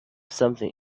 something